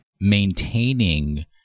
maintaining